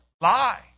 lie